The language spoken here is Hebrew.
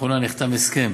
וכי לאחרונה נחתם הסכם